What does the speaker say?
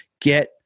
get